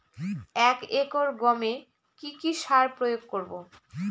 এক একর গমে কি কী সার প্রয়োগ করব?